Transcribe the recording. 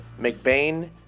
McBain